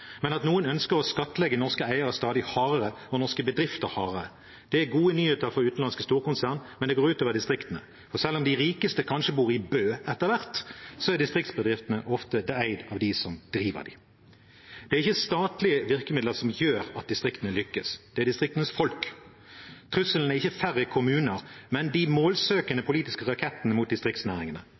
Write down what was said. men at noen ønsker å skattlegge norske eiere stadig hardere og norske bedrifter hardere. Det er gode nyheter for utenlandske storkonsern, men det går ut over distriktene. Selv om de rikeste kanskje bor i Bø etter hvert, er distriktsbedriftene ofte eid av dem som driver dem. Det er ikke statlige virkemidler som gjør at distriktene lykkes; det er distriktenes folk. Trusselen er ikke færre kommuner, men de målsøkende politiske rakettene mot distriktsnæringene